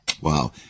Wow